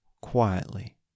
quietly